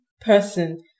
person